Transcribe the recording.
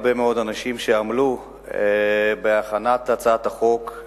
הרבה מאוד אנשים שעמלו על הצעת החוק,